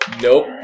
Nope